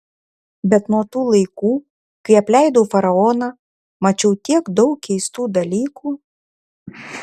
bet nuo tų laikų kai apleidau faraoną mačiau tiek daug keistų dalykų